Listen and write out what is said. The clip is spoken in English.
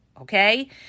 Okay